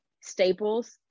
staples